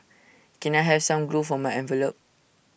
can I have some glue for my envelopes